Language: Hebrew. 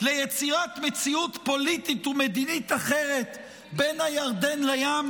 ליצירת מציאות פוליטית ומדינית אחרת בין הירדן לים?